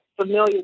familiar